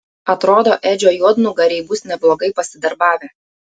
atrodo edžio juodnugariai bus neblogai pasidarbavę